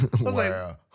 Wow